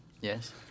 Yes